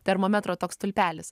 termometro toks stulpelis